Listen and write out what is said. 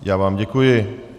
Já vám děkuji.